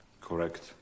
Correct